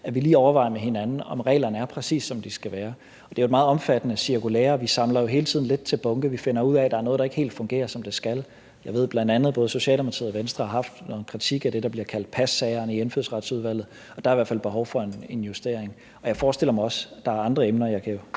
os ned og overvejer med hinanden, om reglerne er præcis, som de skal være. Det er jo et meget omfattende cirkulære, og vi samler hele tiden lidt til bunke, og vi finder ud af, at der er noget, der ikke helt fungerer, som det skal. Jeg ved bl.a., at både Socialdemokratiet og Venstre har haft noget kritik af det, der bliver kaldt passagerne, i Indfødsretsudvalget. Der er i hvert fald behov for en justering, og jeg forestiller mig også, at der er andre emner. Jeg kan jo